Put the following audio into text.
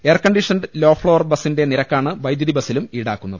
air conditioned low floor ബസിന്റെ നിരക്കാണ് വൈദ്യുതി ബസിലും ഈടാക്കുന്നത്